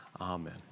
Amen